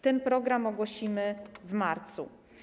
Ten program ogłosimy w marcu.